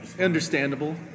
Understandable